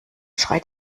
schreit